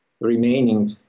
remaining